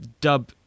dub